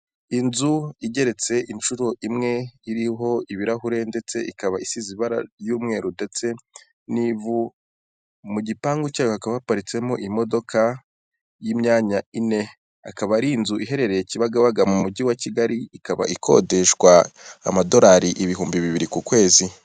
Inzu igeretse inshuro imwe, iriho ibirahure, ndetse ikaba isize ibara ry'umweru ndetse n'ivu, mu gipangu cyayo hakaba haparitsemo imodoka y'imyanya ine. Akaba ari inzu iherereye Kibagabaga, mu mujyi wa Kigali, ikaba ikodeshwa amadolari ibihumbi bibiri ku kwezi.